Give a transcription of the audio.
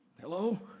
Hello